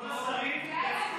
השרים יצאו